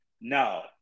No